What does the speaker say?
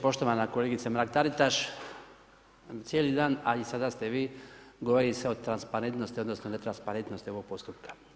Poštovana kolegice Mrak-Taritaš, cijeli dan a i sada ste vi, govori se o transparentnosti odnosno netransparentnosti ovog postupka.